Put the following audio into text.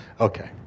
Okay